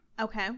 Okay